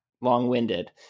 long-winded